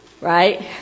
right